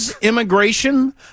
immigration